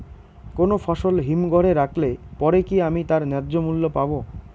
কোনো ফসল হিমঘর এ রাখলে পরে কি আমি তার ন্যায্য মূল্য পাব?